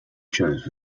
chose